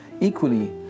equally